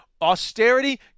austerity